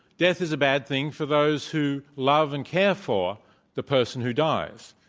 death is a bad thing for those who love and care for the person who dies.